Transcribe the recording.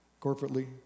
corporately